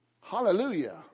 Hallelujah